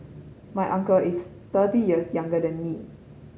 my uncle is thirty years younger than me